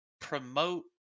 promote